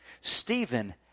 Stephen